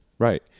Right